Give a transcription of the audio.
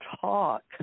talk